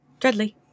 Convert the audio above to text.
Dreadly